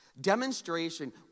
Demonstration